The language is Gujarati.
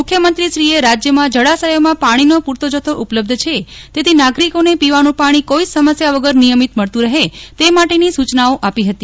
મુખ્યમંત્રીક્રીએ રાજ્યમાં જળાશયોમાં પાણીનો પૂરતો જથ્થો ઉપલબ્ધ છે તેથી નાગરિકોને પીવાનું પાજી કોઇ જ સમસ્યા વગર નિયમીત મળતું રહે તે માટેની સૂચનાઓ આપી હતી